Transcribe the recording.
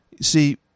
See